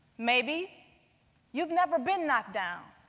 maybe you've never been knocked down,